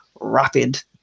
rapid